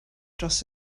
dros